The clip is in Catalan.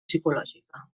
psicològica